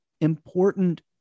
important